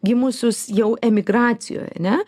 gimusius jau emigracijoj ane